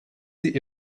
sie